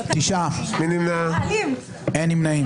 הצבעה לא אושרו.